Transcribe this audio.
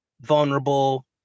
vulnerable